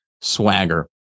swagger